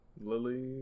Lily